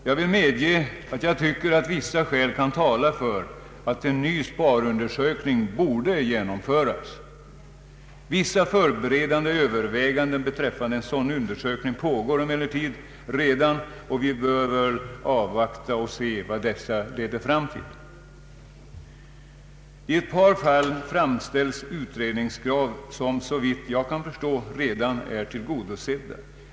Jag vill medge att vissa skäl kan tala för att en ny sparundersökning borde genomföras. Vissa förberedande överväganden beträffande en sådan undersökning pågår emellertid redan, och vi bör väl avvakta och se vad de leder fram till. I ett par fall framställs utredningskrav som, såvitt jag kan förstå, redan är tillgodosedda.